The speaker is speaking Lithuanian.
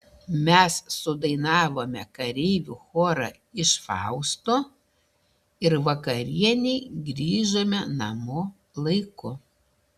mes sudainavome kareivių chorą iš fausto ir vakarienei grįžome namo laiku